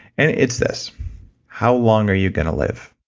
and it's this how long are you gonna live?